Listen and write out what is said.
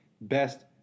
best